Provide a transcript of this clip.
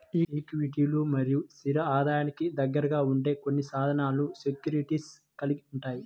ఈక్విటీలు మరియు స్థిర ఆదాయానికి దగ్గరగా ఉండే కొన్ని సాధనాలను సెక్యూరిటీస్ కలిగి ఉంటాయి